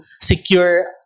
secure